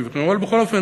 אבל בכל אופן,